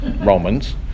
Romans